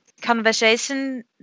conversation